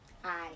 Hi